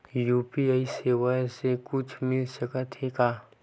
UPI सेवाएं से कुछु मिल सकत हे?